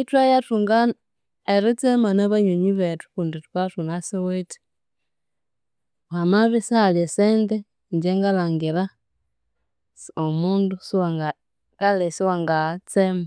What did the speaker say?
ithwayathunga na- eritsema n'abanywani bethu kundi thukabya ithunasiwithe, hamabya isihali esente, ingye ngalhangira si omundu siwanga kale siwangaatsema.